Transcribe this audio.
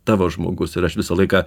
tavo žmogus ir aš visą laiką